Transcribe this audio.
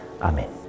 Amen